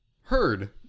heard